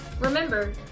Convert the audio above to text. Remember